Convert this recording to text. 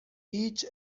هیچ